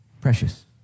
Precious